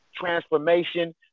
transformation